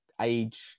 age